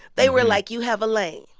they were like, you have a lane.